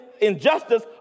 injustice